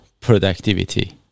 productivity